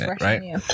right